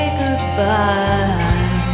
goodbye